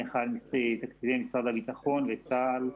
אני אחראי על תקציבי משרד הביטחון וצה"ל,